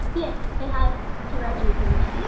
p s. say hi to reggie for me